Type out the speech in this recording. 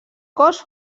cos